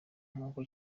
nguko